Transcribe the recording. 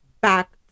back